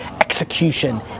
execution